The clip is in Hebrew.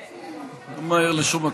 לא ממהר לשום מקום.